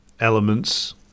elements